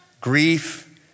grief